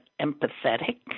empathetic